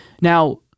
Now